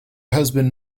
husband